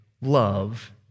love